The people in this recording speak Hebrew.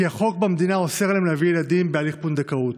כי החוק במדינה אוסר עליהם להביא ילדים בהליך פונדקאות.